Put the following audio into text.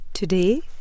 Today